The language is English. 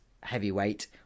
heavyweight